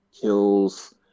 kills